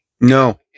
No